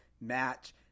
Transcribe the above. match